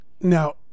now